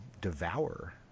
devour